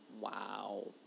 Wow